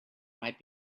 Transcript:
might